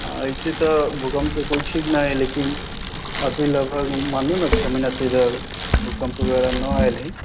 ऐसी तऽ भूकंप के कोइ ठीक नहि हय लेकिन अथी लगभग मालूम ने छओ महिना से भूकंप वगेरह ना आयल हय